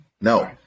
No